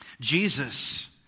Jesus